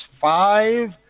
five